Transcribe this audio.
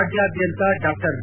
ರಾಜ್ಯಾದ್ಯಂತ Dr B